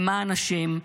למען השם,